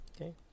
okay